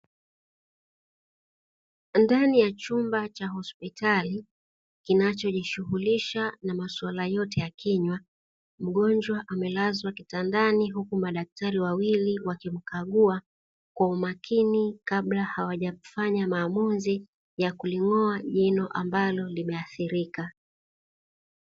Ndani ya chumba cha hospitali kinachojishughulisha na maswala yote ya kinywa, mgonjwa amelazwa kitandani, huku madaktari wawili wakimkagua kwa umakini kabla hawajafanya maamuzi ya kuling'oa jino ambalo limeathirika.